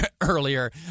earlier